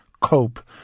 cope